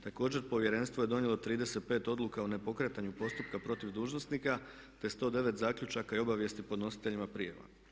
Također Povjerenstvo je donijelo 35 odluka o nepokretanju postupaka protiv dužnosnika te 109 zaključaka i obavijesti podnositeljima prijava.